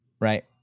right